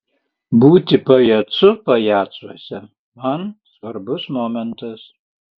būti pajacu pajacuose man svarbus momentas